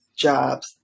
jobs